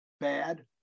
bad